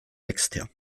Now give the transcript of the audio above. sechster